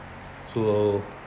so